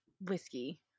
whiskey